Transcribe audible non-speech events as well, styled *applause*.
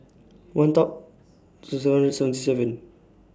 one Dot *unintelligible* seven hundred and seventy seven